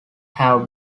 have